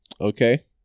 okay